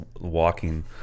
walking